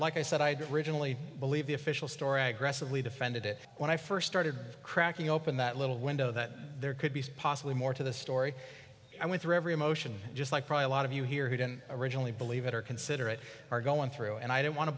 like i said i did originally believe the official story defended it when i first started cracking open that little window that there could be possibly more to the story i went through every emotion just like probably a lot of you here who didn't originally believe it or consider it are going through and i don't want to